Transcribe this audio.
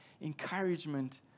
encouragement